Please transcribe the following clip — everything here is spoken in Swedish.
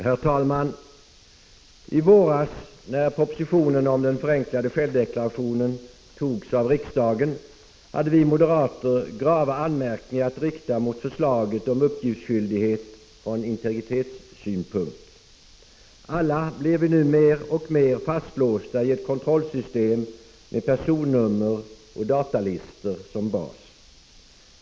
Herr talman! I våras när propositionen om den förenklade självdeklarationen antogs av riksdagen hade vi moderater från integritetssynpunkt grava anmärkningar att rikta mot förslaget om uppgiftsskyldigheten. Alla blir vi nu mer och mer fastlåsta i ett kontrollsystem med personnummer och datalistor som bas.